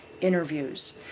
interviews